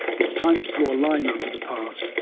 it's time to draw a line under the past,